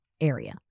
area